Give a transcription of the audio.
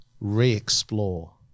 re-explore